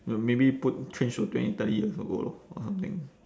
maybe put change to twenty thirty years ago lor or something